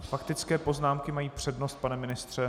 Faktické poznámky mají přednost, pane ministře.